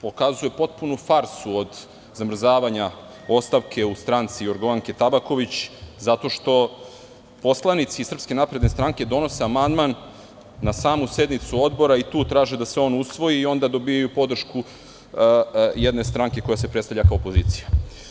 Pokazuje potpunu farsu od zamrzavanja ostavke u stranci Jorgovanke Tabaković, zato što poslanici SNS donose amandman na samu sednicu Odbora i tu traže da se on usvoji i onda dobijaju podršku jedne stranke koja se predstavlja kao opozicija.